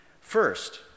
first